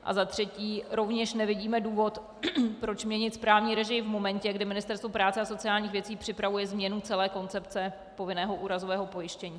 A za třetí: Rovněž nevidíme důvod, proč měnit správní režii v momentě, kdy Ministerstvo práce a sociálních věcí připravuje změnu celé koncepce povinného úrazového pojištění.